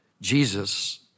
Jesus